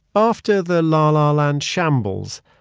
after the la la land shambles,